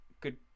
good